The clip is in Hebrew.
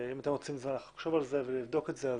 אם אתם רוצים לחשוב על זה ולבדוק את זה,